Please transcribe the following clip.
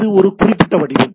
இது ஒரு குறிப்பிட்ட வடிவம்